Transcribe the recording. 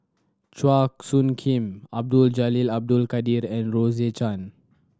Chua Soo Khim Abdul Jalil Abdul Kadir and Rose Chan